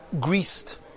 greased